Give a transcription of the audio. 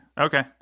Okay